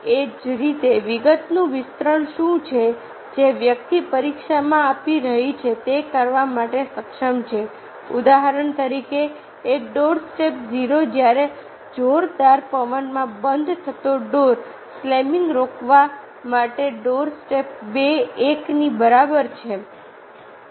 એ જ રીતે વિગતનું વિસ્તરણ શું છે કે જે વ્યક્તિ પરીક્ષા આપી રહી છે તે કરવા માટે સક્ષમ છે ઉદાહરણ તરીકે એક ડોર સ્ટોપ 0 જ્યારે જોરદાર પવનમાં બંધ થતા ડોર સ્લેમિંગને રોકવા માટે ડોર સ્ટોપ 2 1 ની બરાબર છે